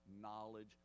knowledge